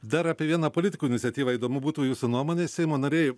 dar apie vieną politikų iniciatyvą įdomu būtų jūsų nuomonė seimo nariai